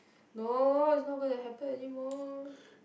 no is not going to happen anymore